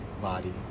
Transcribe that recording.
body